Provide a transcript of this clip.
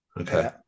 Okay